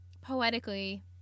poetically